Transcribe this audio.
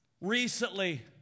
Recently